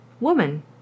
woman